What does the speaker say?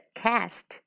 cast